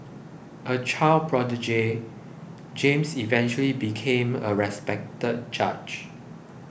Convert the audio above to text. a child prodigy James eventually became a respected judge